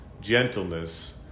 gentleness